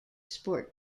sport